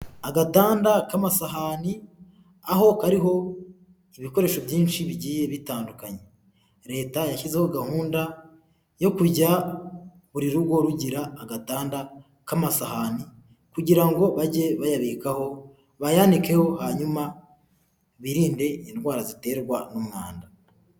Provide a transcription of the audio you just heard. Agatanda k'amasahani aho kariho ibikoresho byinshi bigiye bitandukanye leta yashyizeho gahunda yo kujya buri rugo rugira agatanda k'amasahani kugira ngo bajye bayabikaho bayanyandikeho hanyuma birinde indwara ziterwa n'umwanda.